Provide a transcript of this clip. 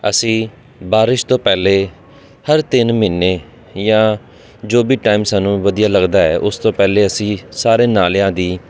ਅਸੀਂ ਬਾਰਿਸ਼ ਤੋਂ ਪਹਿਲੇ ਹਰ ਤਿੰਨ ਮਹੀਨੇ ਜਾਂ ਜੋ ਵੀ ਟਾਈਮ ਸਾਨੂੰ ਵਧੀਆ ਲੱਗਦਾ ਹੈ ਉਸ ਤੋਂ ਪਹਿਲੇ ਅਸੀਂ ਸਾਰੇ ਨਾਲਿਆਂ ਦੀ